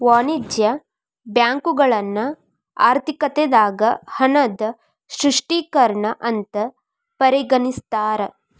ವಾಣಿಜ್ಯ ಬ್ಯಾಂಕುಗಳನ್ನ ಆರ್ಥಿಕತೆದಾಗ ಹಣದ ಸೃಷ್ಟಿಕರ್ತ ಅಂತ ಪರಿಗಣಿಸ್ತಾರ